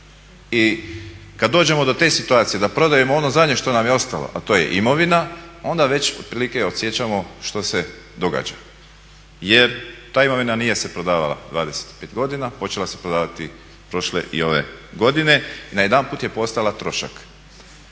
i kad dođemo do te situacije da prodajemo ono zadnje što nam je ostalo, a to je imovina onda već otprilike osjećamo što se događa jer ta imovina nije se prodavala 25 godina, počela se prodavati prošle i ove godine i najedanput je postala trošak.